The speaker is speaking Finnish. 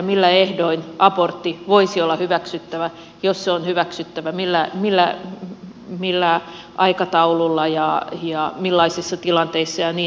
millä ehdoin abortti voisi olla hyväksyttävä jos se on hyväksyttävä millä aikataululla ja millaisissa tilanteissa ja niin edelleen